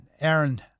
Aaron